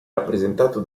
rappresentato